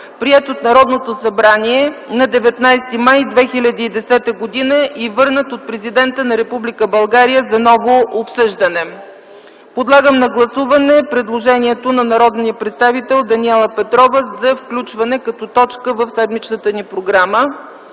приет от Народното събрание на 19 май 2010 г. и върнат от президента на Република България за ново обсъждане. Подлагам на гласуване предложението на народния представител Даниела Петрова за включване на точка в седмичната ни програма.